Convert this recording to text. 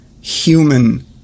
human